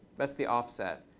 that's the offset.